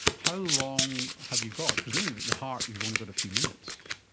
how long have you got? presumably with the heart you've only got a few minutes.